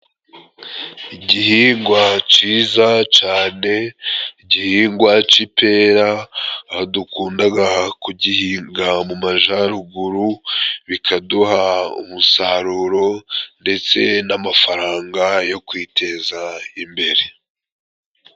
Igihingwa ciza cane, igihingwa c'ipera, aho dukundaga kugihinga mu majaruguru, bikaduha umusaruro ndetse n'amafaranga yo kwiteza imbere.